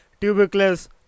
tubercles